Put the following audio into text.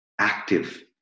active